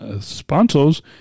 sponsors